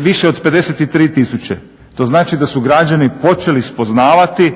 više od 53000, to znači da su građani počeli spoznavati